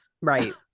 Right